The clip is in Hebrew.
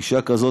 אישה כזאת,